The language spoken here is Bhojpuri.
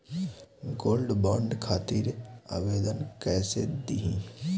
गोल्डबॉन्ड खातिर आवेदन कैसे दिही?